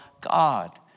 God